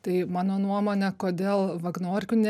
tai mano nuomone kodėl vagnorkių ne